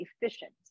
efficient